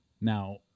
Now